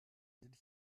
did